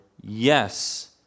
Yes